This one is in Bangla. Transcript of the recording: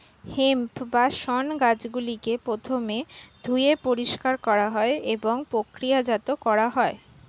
হেম্প বা শণ গাছগুলিকে প্রথমে ধুয়ে পরিষ্কার করা হয় এবং প্রক্রিয়াজাত করা হয়